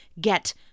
get